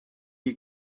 you